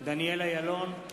דניאל אילון,